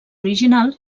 original